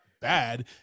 bad